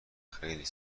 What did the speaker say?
خیلی